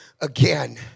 Again